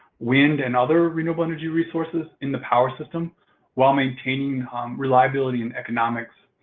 wind, and other renewable energy resources in the power system while maintaining reliability and economics